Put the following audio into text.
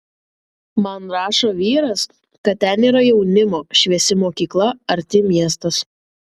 man rašo vyras kad ten yra jaunimo šviesi mokykla arti miestas